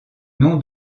nom